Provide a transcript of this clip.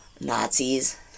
Nazis